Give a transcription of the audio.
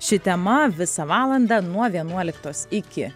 ši tema visą valandą nuo vienuoliktos iki